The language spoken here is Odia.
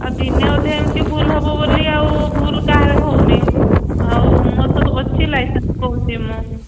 ଆଉ ଦିନେ ଅଧା ଏମିତି ଭୁଲ ହେବ ବୋଲି ଆଉ ଭୁଲ କାହାର ହେଉନି ଆଉ ମୋର ତ ଅଛି ଲାଇସେନ୍ସ କହୁଛି ମୁଁ